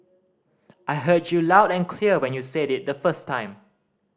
I heard you loud and clear when you said it the first time